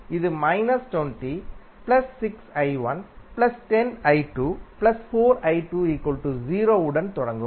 இது உடன் தொடங்கும்